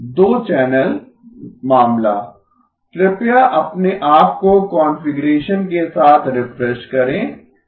दो चैनल मामला कृपया अपने आप को कॉन्फ़िगरेशन के साथ रिफ्रेश करें